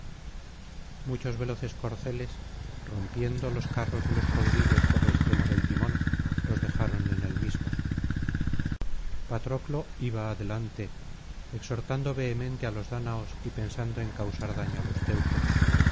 muchos veloces corceles rompiendo los carros de los caudillos por el extremo del timón los dejaron en el mismo patroclo iba adelante exhortando vehementemente á los dáñaos y pensando en causar daño á los teucros